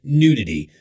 nudity